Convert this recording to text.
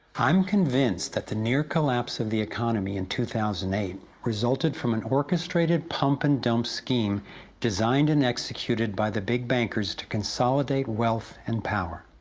i'm convinced that the near collapse of the economy in two thousand and eight resulted from an orchestrated pump and dump scheme designed and executed by the big bankers to consolidate wealth and power.